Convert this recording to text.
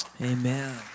Amen